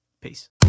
Peace